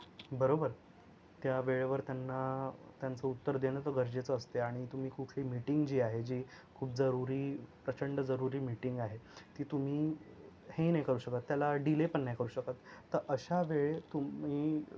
बरोबर त्या वेळेवर त्यांना त्यांचं उत्तर देणं तर गरजेचं असतं आणि तुम्ही कुठली मिटींग जी आहे जी खूप जरूरी प्रचंड जरूरी मिटींग आहे ती तुम्ही हे नाही करू शकत त्याला डीले पण नाही करू शकत तर अशा वेळी तुम्ही